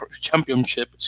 Championship